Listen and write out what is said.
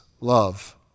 love